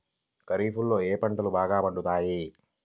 ఖరీఫ్లో ఏ పంటలు బాగా పండుతాయి?